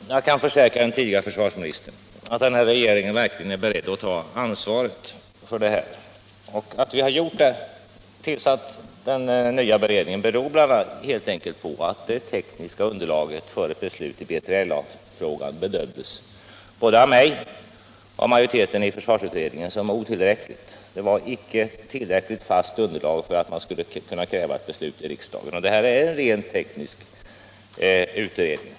Herr talman! Jag kan försäkra den tidigare försvarsministern att den här regeringen verkligen är beredd att ta ansvar för den här saken. Att vi tillsatt en ny beredning beror helt enkelt på att det tekniska underlaget för ett beslut i B3 LA-frågan både av mig och av majoriteten i försvarsutredningen bedömts som otillräckligt. Det fanns icke ett tillräckligt fast underlag för att man skulle kunna kräva ett beslut i riksdagen, och det här är en rent teknisk utredning.